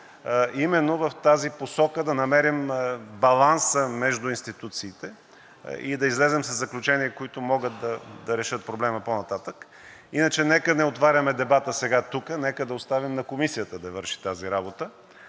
именно в тази посока трябва да намерим баланса между институциите и да излезем със заключения, които могат да решат проблема по-нататък. Иначе нека не отваряме дебата сега тук, нека да оставим на Комисията да върши тази работа,